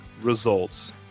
results